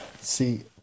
see